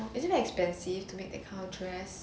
is it more expensive to make that kind of dress